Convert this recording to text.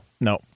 no